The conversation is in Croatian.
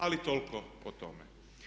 Ali toliko o tome.